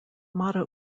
motto